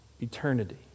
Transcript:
eternity